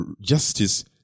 Justice